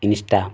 Insta